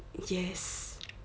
yes